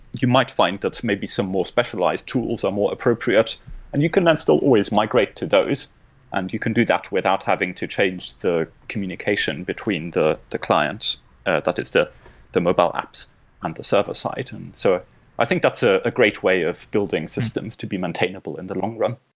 you might find that maybe some more specialized tools are more appropriate and you can then still always migrate to those and you can do that without having to change the communication between the the client, that is the mobile apps and the server-side. and so i think that's a great way of building systems to be maintainable in the long run.